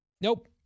Nope